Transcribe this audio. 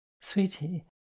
Sweetie